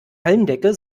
hallendecke